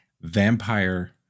vampire